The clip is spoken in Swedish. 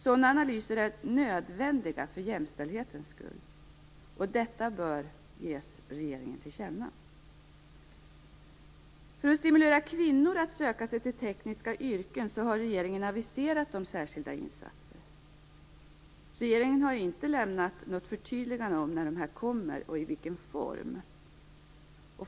Sådana analyser är nödvändiga för jämställdhetens skull, och detta bör ges regeringen till känna. För att stimulera kvinnor att söka sig till tekniska yrken har regeringen aviserat särskilda insatser. Regeringen har dock inte lämnat något förtydligande om när dessa kommer och i vilken form.